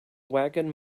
wagon